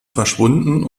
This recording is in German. verschwunden